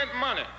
money